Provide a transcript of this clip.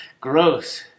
Gross